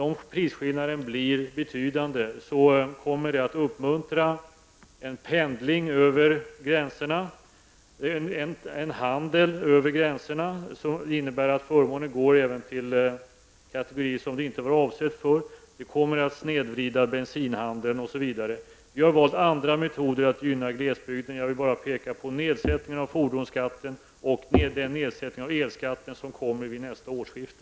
Om prisskillnaden blir betydande uppmuntrar det en handel över gränserna, vilket innebär att förmåner även går till kategorier som inte avses. Bensinhandeln m.m. kommer att snedvridas. Vi har valt andra metoder att gynna glesbygden. Jag vill bara peka på nedsättningen av fordonsskatten och den nedsättning av elskatten som kommer vid nästa årsskifte.